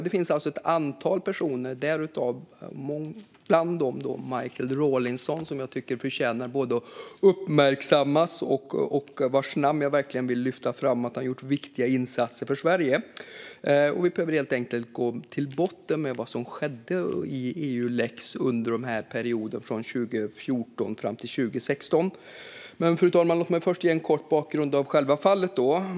Det finns alltså ett antal personer, bland dem Michael Rawlinson, som jag tycker förtjänar att uppmärksammas. Jag vill verkligen lyfta fram deras namn, för de har gjort viktiga insatser för Sverige. Vi behöver helt enkelt gå till botten med vad som skedde i Eulex under perioden från 2014 fram till 2016. Fru talman! Låt mig först ge en kort bakgrund till själva fallet.